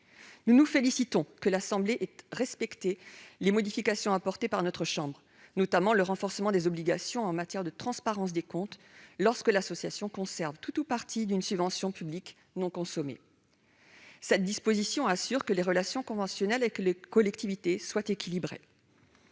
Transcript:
Nous nous félicitons que l'Assemblée nationale ait respecté les modifications apportées par notre chambre, notamment le renforcement des obligations en matière de transparence des comptes, lorsque l'association conserve tout ou partie d'une subvention publique non consommée. Cette disposition assure que les relations conventionnelles avec les collectivités sont équilibrées.